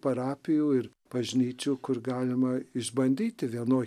parapijų ir bažnyčių kur galima išbandyti vienoj